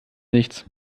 nichts